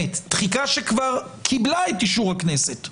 כדי שנוכל לעשות את השקלול